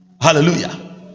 hallelujah